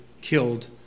killed